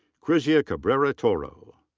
krizia cabrera-toro.